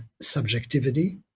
subjectivity